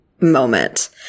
moment